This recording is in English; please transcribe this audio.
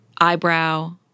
eyebrow